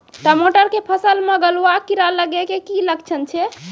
टमाटर के फसल मे गलुआ कीड़ा लगे के की लक्छण छै